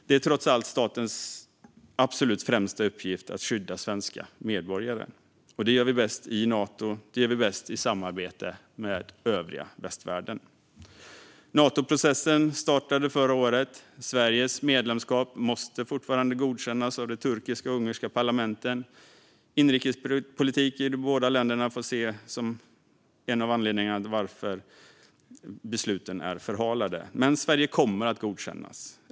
Det är trots allt statens främsta uppgift att skydda svenska medborgare, och det gör vi bäst i Nato och i samarbete med övriga västvärlden. Natoprocessen startade förra året. Sveriges medlemskap måste fortfarande godkännas av de turkiska och ungerska parlamenten. Inrikespolitik i de båda länderna får ses som en av anledningarna till att besluten förhalas. Men Sverige kommer att godkännas.